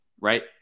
right